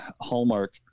hallmark